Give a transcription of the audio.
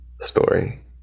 story